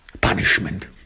punishment